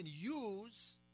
use